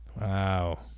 Wow